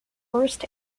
first